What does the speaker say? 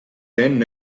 enne